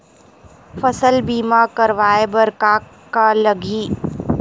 फसल बीमा करवाय बर का का लगही?